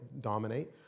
dominate